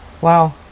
Wow